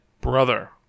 brother